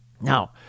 Now